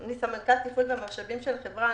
אני סמנכ"לית תפעול ומשאבים של החברה.